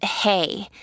hey